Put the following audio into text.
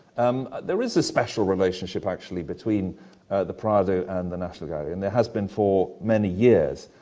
um there is a special relationship, actually, between the prado and the national gallery, and there has been for many years.